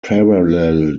parallel